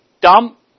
dump